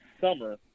summer